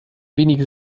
wenig